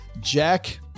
Jack